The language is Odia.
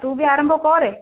ତୁ ବି ଆରମ୍ଭ କରେ